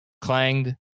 clanged